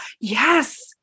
Yes